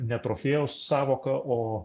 ne trofėjaus sąvoka o